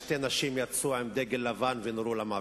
שתי נשים יצאו עם דגל לבן ונורו למוות.